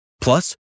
Plus